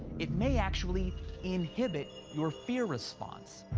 it may actually inhibit your fear response.